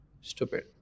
stupid